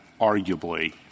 arguably